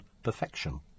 Perfection